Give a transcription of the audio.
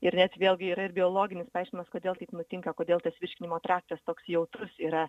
ir net vėlgi yra ir biologinis paaiškinimas kodėl taip nutinka kodėl tas virškinimo traktas toks jautrus yra